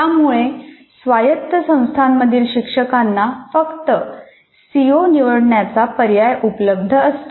त्यामुळे स्वायत्त संस्थांमधील शिक्षकांना फक्त सी ओ निवडण्याचा पर्याय उपलब्ध असतो